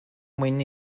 mwyn